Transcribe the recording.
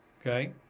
Okay